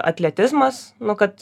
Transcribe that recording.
atletizmas nu kad